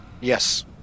Yes